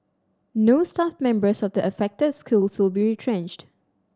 no staff members of the affected schools will be retrenched